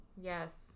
Yes